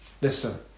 Listen